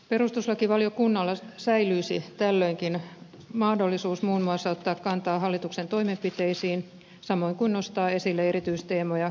perustuslakivaliokunnalla säilyisi tällöinkin mahdollisuus muun muassa ottaa kantaa hallituksen toimenpiteisiin samoin kuin nostaa esille erityisteemoja kertomuslausunnossaan